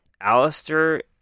alistair